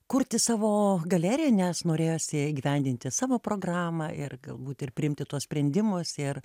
kurti savo galeriją nes norėjosi įgyvendinti savo programą ir galbūt ir priimti tuos sprendimus ir